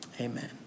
Amen